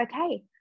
okay